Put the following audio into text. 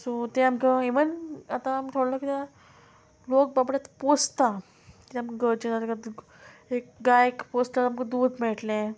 so ते आमकां even आतां आमी थोडो कित्याक लोक बाबडो पोसता कित्या आमकां गरजेन एक गायक पोसता आमकां दूद मेळटलें